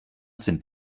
sind